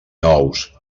nous